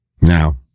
Now